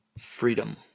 freedom